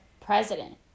president